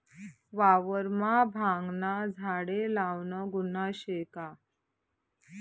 वावरमा भांगना झाडे लावनं गुन्हा शे का?